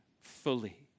fully